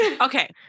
Okay